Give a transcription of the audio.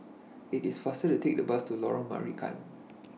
IT IS faster to Take The Bus to Lorong Marican